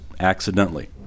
Accidentally